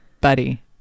buddy